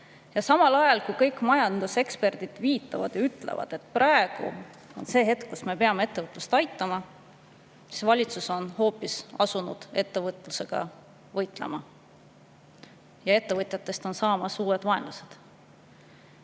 Samal ajal kui kõik majanduseksperdid ütlevad, et praegu on see hetk, kus me peame ettevõtlust aitama, on valitsus hoopis asunud ettevõtlusega võitlema, ja ettevõtjatest on saamas uued vaenlased.